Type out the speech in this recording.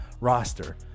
roster